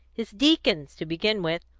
his deacons, to begin with,